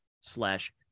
slash